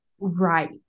Right